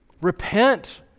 repent